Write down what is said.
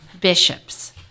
bishops